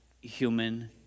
human